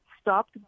stopped